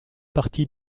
partie